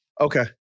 Okay